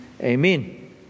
amen